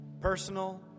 personal